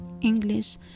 english